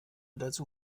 dazu